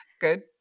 Good